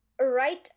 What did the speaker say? right